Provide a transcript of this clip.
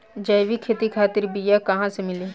जैविक खेती खातिर बीया कहाँसे मिली?